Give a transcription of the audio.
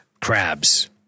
crabs